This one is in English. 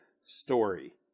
story